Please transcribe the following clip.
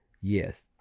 Yes